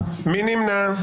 מי נמנע?